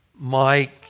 Mike